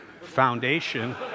foundation